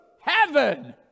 Heaven